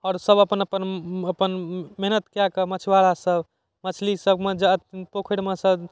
आओर सभ अपन अपन अपन मेहनत कए कऽ मछुआरा सभ मछली सभमे पोखरिमे सँ